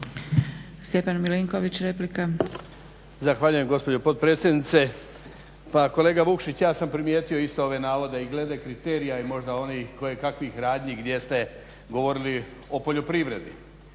Stjepan (HDZ)** Zahvaljujem gospođo potpredsjednice. Pa kolega Vukšić ja sam primijetio isto ove navode i glede kriterija i možda onih koje kakvih radnji gdje ste govorili o poljoprivredi.